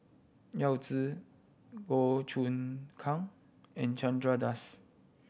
Yao Zi Goh Choon Kang and Chandra Das